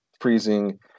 freezing